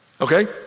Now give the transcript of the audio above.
Okay